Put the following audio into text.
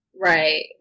right